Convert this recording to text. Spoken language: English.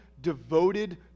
devoted